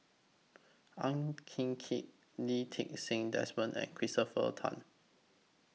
Ang Hin Kee Lee Ti Seng Desmond and Christopher Tan